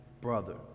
brother